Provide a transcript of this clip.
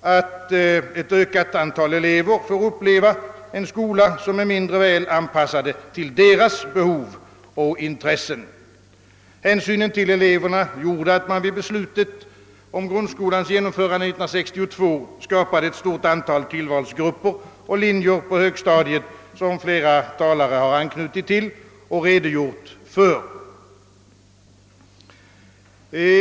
att ett ökat antal elever får uppleva en skola som är mindre väl anpassad till deras behov och intressen. Hänsynen till eleverna gjorde, att man vid beslutet om grundskolan 1962 skapade ett stort antal tillvalsgrupper och linjer på högstadiet, såsom flera tidigare talare anknutit till och redogjort för.